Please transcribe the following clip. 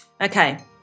Okay